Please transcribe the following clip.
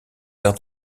arts